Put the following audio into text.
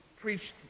preached